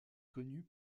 connue